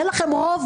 אין לכם רוב